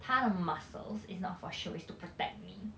他的 muscles is not for show it's to protect me